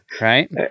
right